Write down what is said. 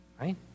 Right